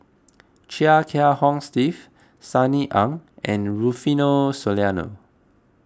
Chia Kiah Hong Steve Sunny Ang and Rufino Soliano